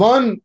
One